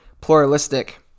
pluralistic